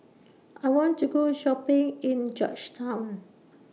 I want to Go Shopping in Georgetown